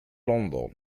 لندن